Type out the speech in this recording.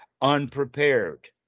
unprepared